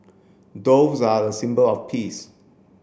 doves are a symbol of peace